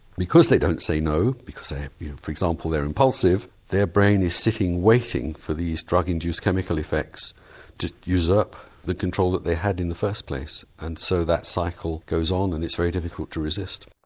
because they don't say no, say yeah for example they are impulsive their brain is sitting waiting for these drug induced chemical effects to usurp the control that they had in the first place. and so that cycle goes on and it's very difficult to resist.